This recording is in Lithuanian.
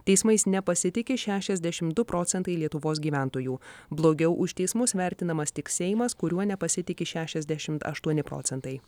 teismais nepasitiki šešiasdešim du procentai lietuvos gyventojų blogiau už teismus vertinamas tik seimas kuriuo nepasitiki šešiasdešim aštuoni procentai